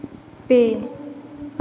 ᱯᱮ